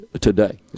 today